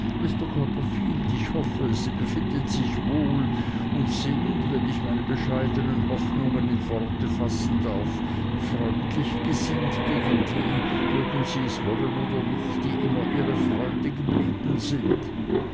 ich hoffe sie befinden sich wohl und sind wenn ich meine bescheidnen hoffnungen in worte fassen darf freundlich gesinnt gegen die mögen sie es wollen oder nicht die immer ihre freunde geblieben sind